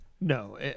No